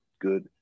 good